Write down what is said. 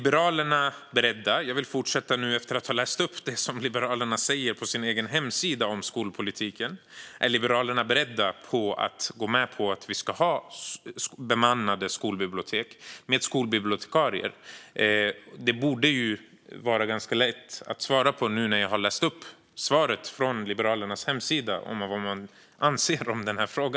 Efter att jag har läst upp det som Liberalerna säger om skolbiblioteken på sin hemsida undrar jag: Är Liberalerna beredda att gå med på att vi ska ha bemannade skolbibliotek med skolbibliotekarier? Det borde vara ganska lätt att svara på nu när jag har läst upp svaret från Liberalernas hemsida om vad man anser i denna fråga.